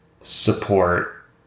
support